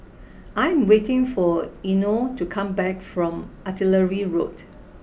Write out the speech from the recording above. I am waiting for Eino to come back from Artillery Road